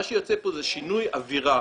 מה שיוצא פה זה שינוי אווירה,